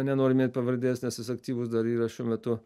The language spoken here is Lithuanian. nenoriu net pavardės nes jis aktyvus dar yra šiuo metu